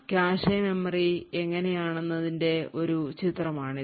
cache memory എങ്ങനെയാണെന്നതിന്റെ ഒരു ചിത്രമാണിത്